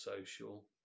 social